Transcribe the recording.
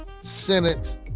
Senate